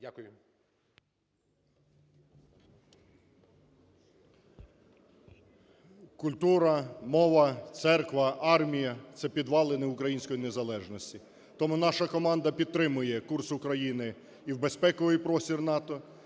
Культура, мова, церква, армія – це підвалини української незалежності. Тому наша команда підтримує курс України і в безпековий простір НАТО,